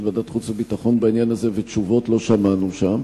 ועדת החוץ והביטחון בעניין הזה ותשובות לא שמענו שם.